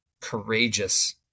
courageous